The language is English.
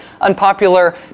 unpopular